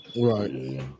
Right